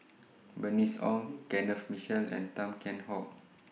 Bernice Ong Kenneth Mitchell and Tan Kheam Hock